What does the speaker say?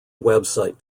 website